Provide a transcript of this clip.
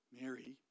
Mary